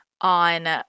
on